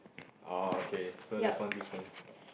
oh okay so that's one difference